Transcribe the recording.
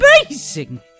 amazing